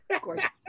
gorgeous